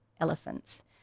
elephants